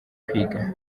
kwiga